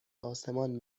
آسمان